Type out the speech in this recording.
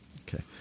Okay